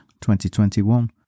2021